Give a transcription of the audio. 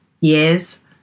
years